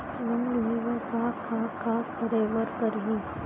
Loan लेहे बर का का का करे बर परहि?